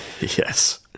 Yes